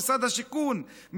משרד השיכון,